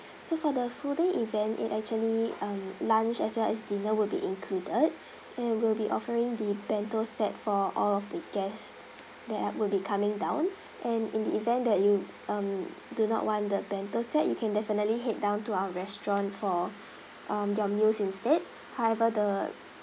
so for the full day event it actually um lunch as well as dinner will be included and we'll be offering the bento set for all of the guest that ar~ will be coming down and in the event that you um do not want the bento set you can definitely head down to our restaurant for um your meals instead however the